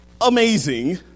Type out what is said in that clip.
amazing